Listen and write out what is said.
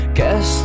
Guess